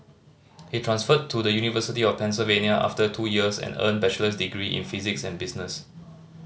he transferred to the University of Pennsylvania after two years and earned bachelor's degrees in physics and business